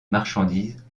marchandises